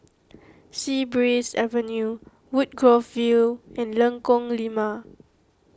Sea Breeze Avenue Woodgrove View and Lengkong Lima